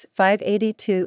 582